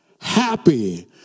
happy